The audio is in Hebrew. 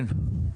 כן?